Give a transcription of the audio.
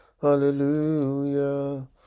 Hallelujah